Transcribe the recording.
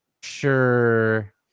sure –